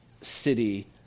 city